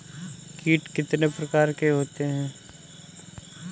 कीट कितने प्रकार के होते हैं?